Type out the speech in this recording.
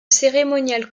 cérémonial